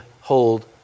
hold